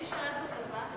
מי ישרת בצבא?